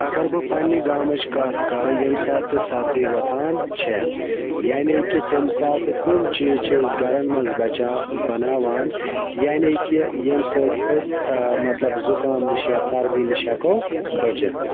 اگر بہٕ پَننہِ گامٕچ کتھ کَرٕ ییٚمہِ ساتہٕ تہِ سردی وۄتھان چھےٚ یعنے کہِ تمہِ ساتہٕ کُم چیٖز چھِ أسۍ گَرَن مَنٛز بَچا بَناوان یعنے کہِ ییٚمہِ سۭتۍ أسۍ مَطلَب زُکام نِش یا سَردی نِش ہیٚکو بٔچِتھ